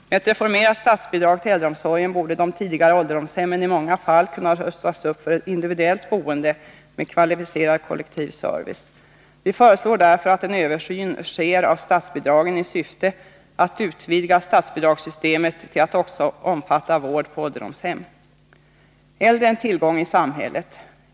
Med ett reformerat statsbidrag till äldreomsorgen borde de tidigare ålderdomshemmen i många fall kunna rustas upp för individuellt boende med kvalificerad kollektiv service. Vi föreslår därför att en översyn sker av statsbidragen i syfte att utvidga statsbidragssystemet till att också omfatta vård på ålderdomshem. Äldre är en tillgång i samhället.